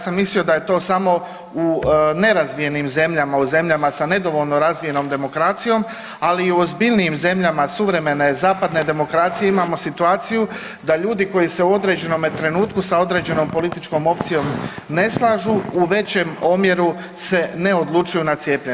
Ja sam mislio da je to samo u nerazvijenim zemljama, u zemljama sa nedovoljno razvijenom demokracijom, ali i u ozbiljnijim zemljama suvremene zapadne demokracije imamo situaciju da ljudi koji se u određenome trenutku sa određenom političkom opcijom ne slažu u većem omjeru se ne odlučuju na cijepljenje.